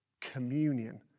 communion